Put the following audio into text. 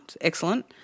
Excellent